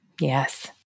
Yes